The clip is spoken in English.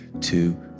two